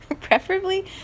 Preferably